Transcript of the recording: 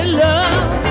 love